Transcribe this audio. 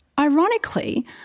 Ironically